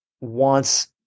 wants